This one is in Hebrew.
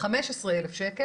15 אלף שקל,